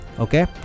okay